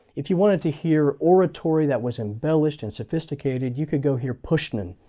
if you wanted to hear oratory that was embellished and sophisticated, you could go here pushman.